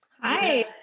Hi